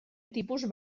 tipus